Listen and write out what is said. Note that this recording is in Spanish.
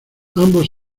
ambos